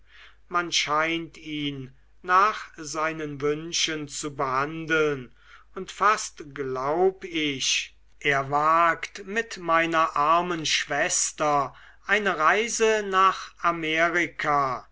man scheint ihn nach seinen wünschen zu behandeln und fast glaub ich er wagt mit meiner armen schwester eine reise nach amerika